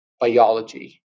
biology